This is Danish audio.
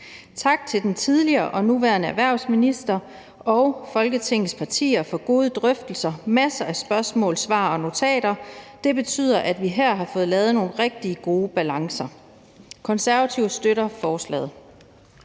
Tak til den tidligere og den nuværende erhvervsminister og Folketingets partier for gode drøftelser, masser af spørgsmål og svar og notater. Det betyder, at vi her har fået lavet nogle rigtig gode balancer. Konservative støtter forslaget.